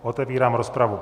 Otevírám rozpravu.